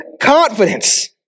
confidence